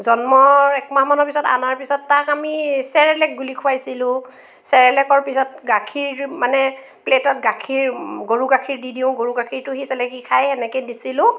জন্মৰ একমাহমানৰ পিছত আনাৰ পিছত তাক আমি চেৰেলেক গুলি খুৱাইছিলোঁ চেৰেলেকৰ পিছত গাখীৰ মানে প্লেটত গাখীৰ গৰু গাখীৰ দি দিওঁ গৰু গাখীৰটো সি চেলেকি খায় সেনেকৈ দিছিলোঁ